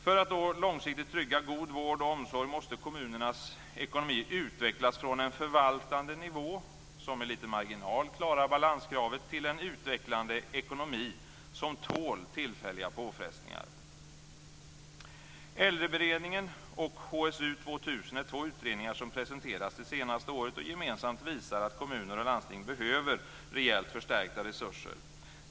För att långsiktigt trygga god vård och omsorg måste kommunernas ekonomi utvecklas från en förvaltande nivå som med liten marginal klarar balanskravet till en utvecklande ekonomi som tål tillfälliga påfrestningar. Äldreberedningen och HSU 2000 är två utredningar som presenterats det senaste året och som gemensamt visar att kommuner och landsting behöver rejält förstärkta resurser.